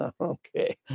Okay